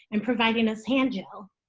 and providing us hand gel?